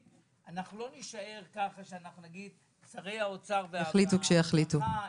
אנחנו לא נישאר עם האמירה שהם יחליטו מתי שיחליטו.